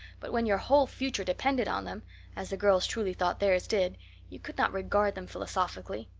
but when your whole future depended on them as the girls truly thought theirs did you could not regard them philosophically.